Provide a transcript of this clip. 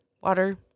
water